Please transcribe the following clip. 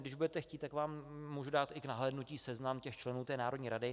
Když budete chtít, tak vám můžu dát k nahlédnutí i seznam členů národní rady.